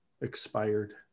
expired